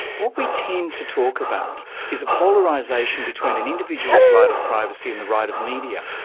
what we tend to talk about is a polarisation between an individual's right of privacy and the right of media,